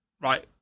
Right